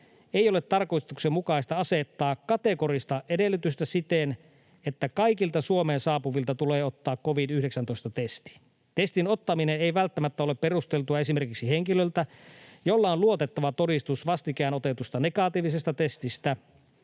ei ole tarkoituksenmukaista asettaa kategorista edellytystä siten, että kaikilta Suomeen saapuvilta tulee ottaa covid-19-testi. Testin ottaminen ei välttämättä ole perusteltua esimerkiksi henkilöltä, jolla on luotettava todistus vastikään otetusta negatiivisesta testistä.